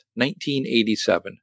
1987